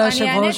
כבוד היושב-ראש?